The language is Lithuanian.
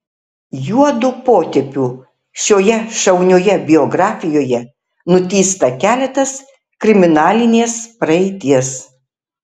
juodu potėpiu šioje šaunioje biografijoje nutįsta keletas kriminalinės praeities